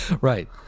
Right